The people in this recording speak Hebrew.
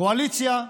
קואליציה,